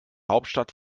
hauptstadt